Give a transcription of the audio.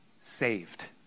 saved